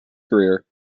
career